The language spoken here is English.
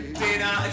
dinner